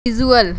visual